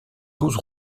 douze